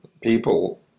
people